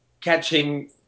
catching